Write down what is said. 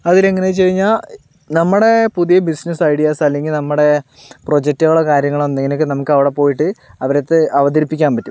അതിലെങ്ങനേന്ന് വെച്ച് കഴിഞ്ഞാൽ നമ്മുടെ പുതിയ ബിസിനസ് ഐഡിയാസ്സ് അല്ലെങ്കിൽ നമ്മുടെ പ്രൊജെക്റ്റുകളോ കാര്യങ്ങളോ എന്തെങ്കിലുമൊക്കെ നമുക്ക് അവടെ പോയിട്ട് അവരുടെ അടുത്ത് അവതരിപ്പിക്കാൻ പറ്റും